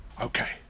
Okay